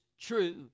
true